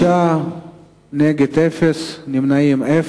שישה בעד, אין מתנגדים ואין נמנעים.